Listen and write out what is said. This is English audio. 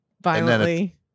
violently